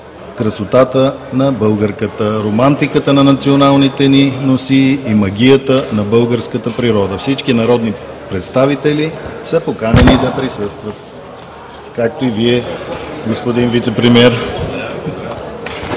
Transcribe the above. красотата на българката, романтиката на националните ни носии и магията на българската природа. Всички народни представители са поканени да присъстват, както и Вие, господин Вицепремиер.